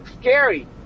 scary